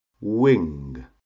wing